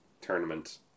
tournament